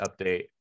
update